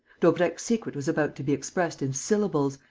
daubrecq's secret was about to be expressed in syllables,